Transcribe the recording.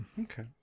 Okay